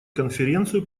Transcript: конференцию